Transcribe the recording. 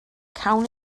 cawn